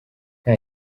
nta